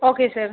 okay sir